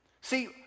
See